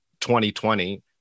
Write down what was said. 2020